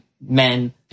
men